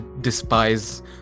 despise